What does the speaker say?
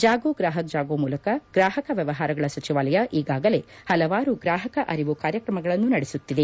ಜಾಗೋ ಗ್ರಾಹಕ್ ಜಾಗೋ ಮೂಲಕ ಗ್ರಾಹಕ ವ್ಯವಹಾರಗಳ ಸಚಿವಾಲಯ ಈಗಾಗಲೇ ಹಲವಾರು ಗ್ರಾಹಕ ಅರಿವು ಕಾರ್ಯಕ್ರಮಗಳನ್ನು ನಡೆಸುತ್ತಿದೆ